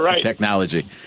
technology